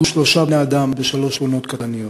שלושה בני-אדם בשלוש תאונות קטלניות: